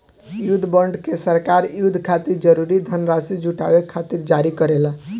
युद्ध बॉन्ड के सरकार युद्ध खातिर जरूरी धनराशि जुटावे खातिर जारी करेला